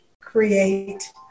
create